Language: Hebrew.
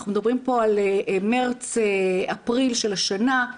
אנחנו מבדברים על מארס-אפריל של השנה,